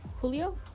Julio